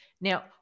Now